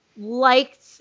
liked